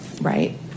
Right